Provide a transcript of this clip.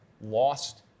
lost